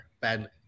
bad